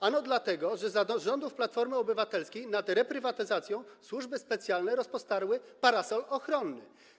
Ano dlatego, że za rządów Platformy Obywatelskiej nad reprywatyzacją służby specjalne rozpostarły parasol ochronny.